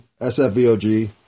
SFVOG